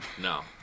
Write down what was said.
No